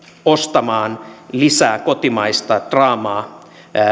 ostamaan lisää kotimaista draamaa